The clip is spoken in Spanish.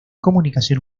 comunicación